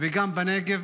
וגם בנגב.